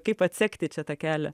kaip atsekti čia tą kelią